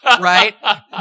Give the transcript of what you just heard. right